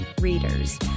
readers